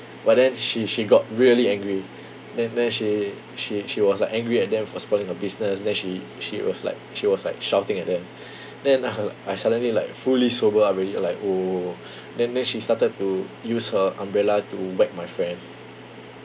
but then she she got really angry then then she she she was like angry at them for spoiling her business then she she was like she was like shouting at them then I like I suddenly like fully sober up already like oh then then she started to use her umbrella to whack my friend